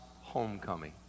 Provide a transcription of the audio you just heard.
homecoming